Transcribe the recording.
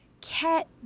cat